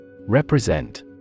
Represent